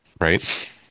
right